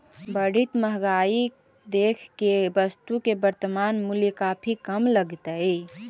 बढ़ित महंगाई देख के वस्तु के वर्तनमान मूल्य काफी कम लगतइ